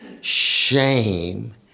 shame